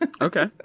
Okay